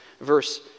verse